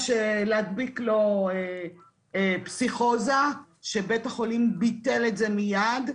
להדביק לו פסיכוזה, שבית החולים ביטל את זה מיד.